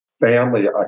family